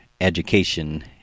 education